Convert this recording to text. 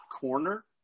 corner